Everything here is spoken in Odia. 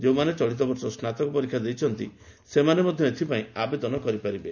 ଯେଉଁମାନେ ଚଳିତ ବର୍ଷ ସ୍ନାତକ ପରୀକ୍ଷା ଦେଇଛନ୍ତି ସେମାନେ ମଧ ଏଥ୍ପାଇଁ ଆବେଦନ କରିପାରିବେ